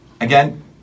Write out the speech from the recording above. again